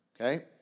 Okay